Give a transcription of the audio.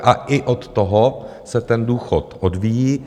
A i od toho se ten důchod odvíjí.